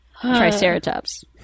triceratops